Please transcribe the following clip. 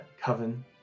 coven